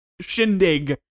shindig